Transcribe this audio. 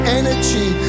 energy